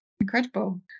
Incredible